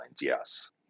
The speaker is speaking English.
yes